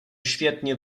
świetnie